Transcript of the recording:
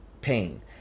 pain